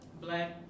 black